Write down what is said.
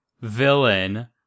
villain